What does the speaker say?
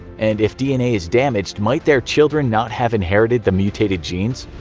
and if dna is damaged, might their children not have inherited the mutated genes?